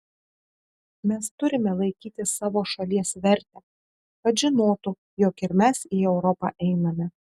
mes turime laikyti savo šalies vertę kad žinotų jog ir mes į europą einame